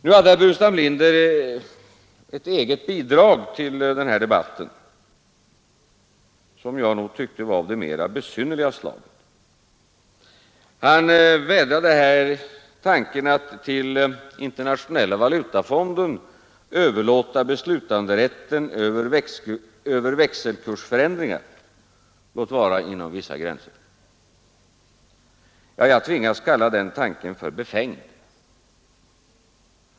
Nu hade herr Burenstam Linder ett eget bidrag till den här debatten, som jag nog tyckte var av det mer besynnerliga slaget. Han vädrade tanken att till Internationella valutafonden överlåta beslutanderätten över växelkursförändringar — låt vara inom vissa gränser. Jag tvingas kalla den tanken för befängd.